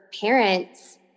parents